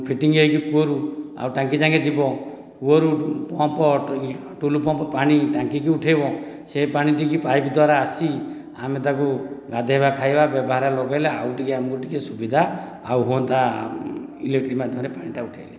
fitting ହୋଇକି କୂଅରୁ ଆଉ ଟାଙ୍କି ଯାକେ ଯିବ ଆଉ କୂଅରୁ ପମ୍ପ ଟୁଲୁ ପମ୍ପ ପାଣି ଟାଙ୍କିକୁ ଉଠାଇବ ସେହି ପାଣିଟିକୁ ପାଇପ୍ ଦ୍ୱାରା ଆସି ଆମେ ତାକୁ ଗାଧୋଇବା ଖାଇବା ବ୍ୟବହାର ଲଗାଇଲେ ଆଉ ଟିକେ ଆମକୁ ଟିକେ ସୁବିଧା ଆଉ ହୁଅନ୍ତା ଇଲେକ୍ଟ୍ରିକ ମାଧ୍ୟମରେ ପାଣି ଉଠାଇଲେ